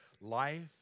Life